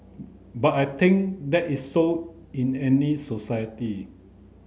but I think that is so in any society